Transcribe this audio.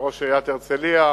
וראש עיריית הרצלייה,